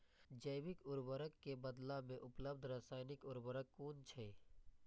जैविक उर्वरक के बदला में उपलब्ध रासायानिक उर्वरक कुन छै?